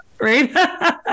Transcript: right